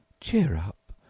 cheer up!